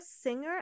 singer